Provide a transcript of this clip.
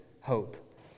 hope